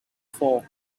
fall